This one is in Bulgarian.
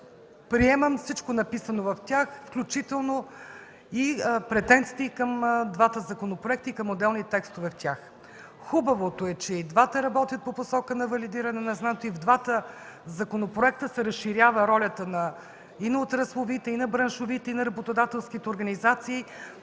Приемам всичко, написано в тях, включително и претенциите към двата законопроекта и към отделни текстове в тях. Хубавото е, че и двата законопроекта работят по посока на валидиране на знаци, и в двата законопроекта се разширява ролята и на отрасловите, и на браншовите, и на работодателските организации